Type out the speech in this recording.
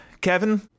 kevin